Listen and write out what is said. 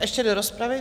Ještě do rozpravy?